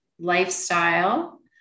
Lifestyle